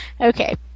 Okay